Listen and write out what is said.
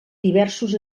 diversos